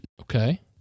Okay